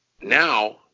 Now